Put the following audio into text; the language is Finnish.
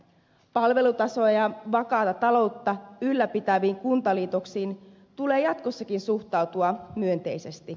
palvelutasoa ja vakaata taloutta ylläpitäviin kuntaliitoksiin tulee jatkossakin suhtautua myönteisesti